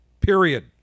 period